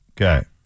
Okay